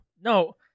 No